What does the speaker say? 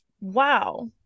wow